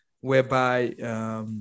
whereby